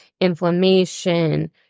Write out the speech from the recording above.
inflammation